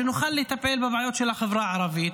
שנוכל לטפל בבעיות של החברה הערבית.